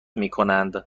میکنند